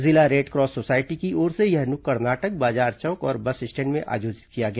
जिला red cross society की ओर से यह नुक्कड़ नाटक बाजार चौक और बस स्टैण्ड में आयोजित किया गया